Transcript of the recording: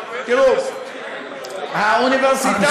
האוניברסיטאות,